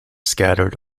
scattered